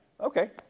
Okay